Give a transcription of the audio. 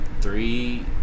Three